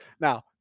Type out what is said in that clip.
Now